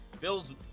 Bills